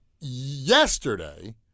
yesterday